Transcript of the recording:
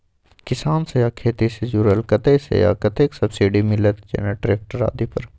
किसान से आ खेती से जुरल कतय से आ कतेक सबसिडी मिलत, जेना ट्रैक्टर आदि पर?